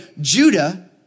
Judah